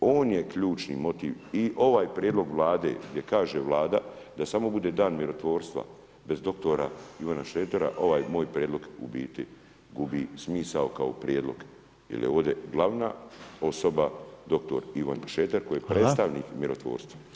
I on je ključni motiv i ovaj prijedlog Vlade gdje kaže Vlada da bude samo dan mirotvorstva bez dr. Ivana Šretera, ovaj moj prijedlog u biti gubi smisao kao prijedlog jer je ovdje glavna osoba dr. Ivan Šreter koji je predstavnik mirotvorstva.